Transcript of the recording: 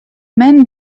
men